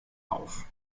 auf